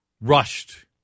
rushed